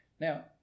Now